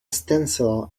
stencil